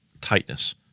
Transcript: tightness